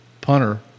punter